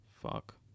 fuck